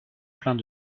pleins